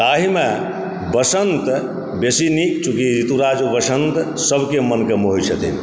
एहिमे बसन्त बेसी नीक चूँकि ऋतुराज बसन्त सभकेँ मनके मोहैत छथिन